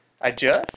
adjust